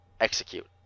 execute